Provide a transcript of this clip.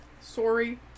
Sorry